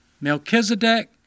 Melchizedek